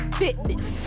fitness